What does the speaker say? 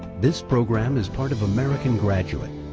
this program is part of american graduate.